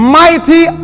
mighty